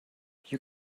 you